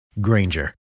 Granger